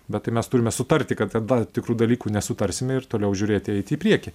bet tai mes turime sutarti kad dėl tam tikrų dalykų nesutarsime ir toliau žiūrėti eiti į priekį